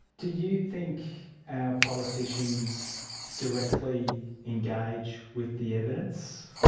do you think our politicians directly engage with the evidence?